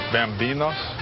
Bambinos